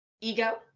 Ego